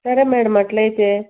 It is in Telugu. సరే మేడం అట్లయితే